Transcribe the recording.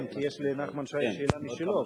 כן, כי יש לנחמן שי שאלה משלו.